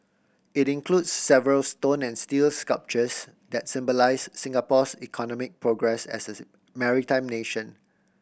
it includes several stone and steel sculptures that symbolise Singapore's economic progress as a maritime nation